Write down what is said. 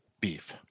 beef